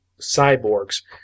cyborgs